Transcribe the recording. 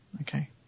Okay